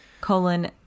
colon